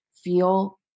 feel